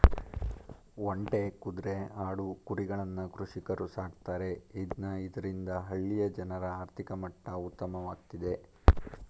ಒಂಟೆ, ಕುದ್ರೆ, ಆಡು, ಕುರಿಗಳನ್ನ ಕೃಷಿಕರು ಸಾಕ್ತರೆ ಇದ್ನ ಇದರಿಂದ ಹಳ್ಳಿಯ ಜನರ ಆರ್ಥಿಕ ಮಟ್ಟ ಉತ್ತಮವಾಗ್ತಿದೆ